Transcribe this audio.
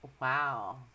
Wow